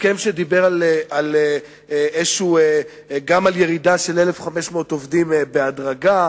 הסכם שדיבר על ירידה של 1,500 עובדים בהדרגה,